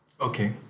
Okay